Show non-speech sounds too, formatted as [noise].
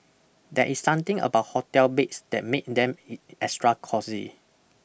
there is something about hotel beds that make them [hesitation] extra cosy